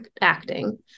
acting